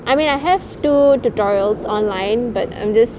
I mean I have two tutorials online but I'm just